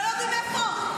לא יודעים איפה?